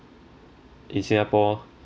in singapore